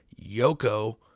Yoko